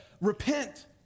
repent